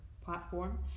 platform